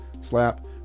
slap